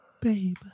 baby